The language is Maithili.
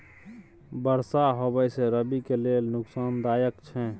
बरसा होबा से रबी के लेल नुकसानदायक छैय?